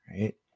right